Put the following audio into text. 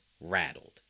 rattled